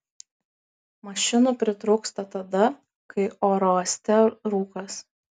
mašinų pritrūksta tada kai oro uoste rūkas